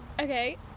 Okay